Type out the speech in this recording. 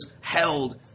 held